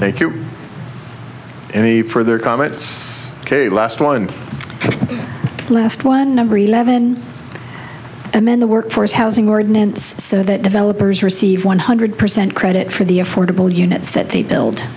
you any further comments ok last one last one number eleven and then the workforce housing ordinance so that developers receive one hundred percent credit for the affordable units that they buil